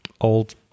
old